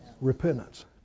Repentance